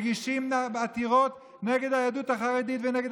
מגישים עתירות נגד היהדות החרדית ונגד